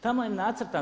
Tamo je nacrtan.